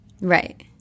right